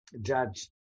judge